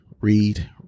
read